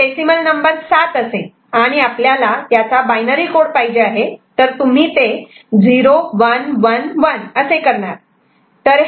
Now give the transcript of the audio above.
तर decimal number 7 असेल आणि आपल्याला याचा बायनरी कोड पाहिजे आहे तर तुम्ही ते 0111 असे करणार